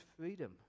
freedom